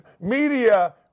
Media